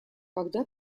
когда